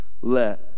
Let